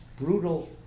brutal